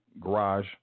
garage